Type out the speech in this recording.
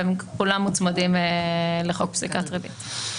כולם מוצמדים לחוק פסיקת ריבית.